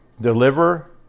deliver